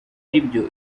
aribyo